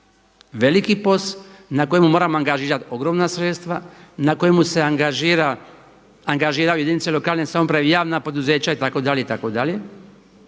Veliki POS na kojemu moramo angažirati ogromna sredstva, na kojemu se angažiraju jedinice lokalne samouprave, javna poduzeća itd. vi ste